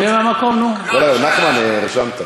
נחמן, הרשמת.